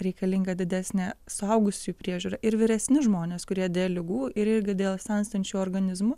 reikalinga didesnė suaugusiųjų priežiūra ir vyresni žmonės kurie dėl ligų ir irgi dėl senstančių organizmų